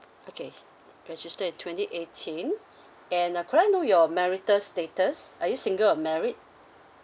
okay registered in twenty eighteen and uh could I know your marital status are you single or married